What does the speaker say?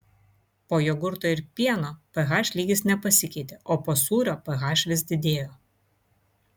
po jogurto ir pieno ph lygis nepasikeitė o po sūrio ph vis didėjo